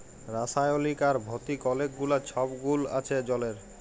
রাসায়লিক আর ভতিক অলেক গুলা ছব গুল আছে জলের